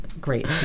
great